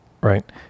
right